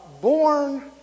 born